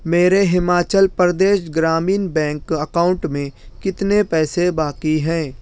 میرے Himachal Pradesh Gramin bank account میں کتنے پیسے باقی ہیں